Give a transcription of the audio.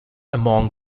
among